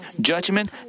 judgment